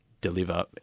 deliver